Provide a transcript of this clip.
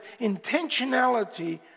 intentionality